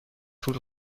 طول